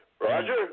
Roger